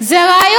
זה רעיון.